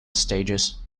stages